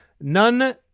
None